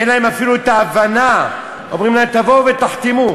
אין להם אפילו ההבנה, אומרים להם: תבואו ותחתמו.